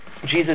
Jesus